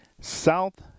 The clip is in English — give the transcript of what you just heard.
South